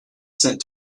sent